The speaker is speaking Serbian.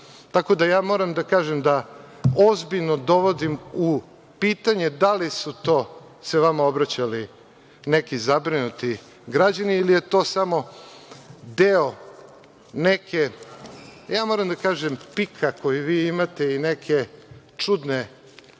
tako da moram da kažem da ozbiljno dovodim u pitanje da li su se to vama obraćali neki zabrinuti građani ili je to samo deo nekog pika, da kažem, koji vi imate ili neke čudne